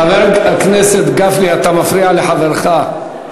חבר הכנסת גפני, אתה מפריע לחברך.